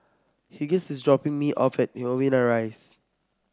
Hughes is dropping me off at Novena Rise